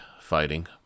fighting